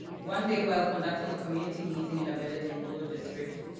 one day while conducting a community meeting in a village in gulu district,